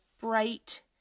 bright